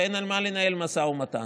ואין על מה לנהל משא ומתן.